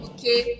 Okay